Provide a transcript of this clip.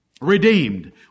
Redeemed